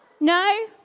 No